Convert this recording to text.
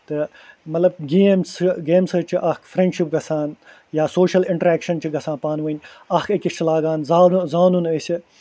تہٕ مطلب گیم سہٕ گیمہِ سۭتۍ چھُ اکھ فرٮ۪نڈشٕپ گَژھان یا سوشل انٛٹرٮ۪کشن چھِ گَژھان پانہٕ ؤنۍ اکھ أکِس چھِ لاگان زانُ زانُن أسۍ